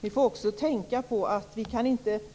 Vi får också tänka på att vi inte kan